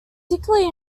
particularly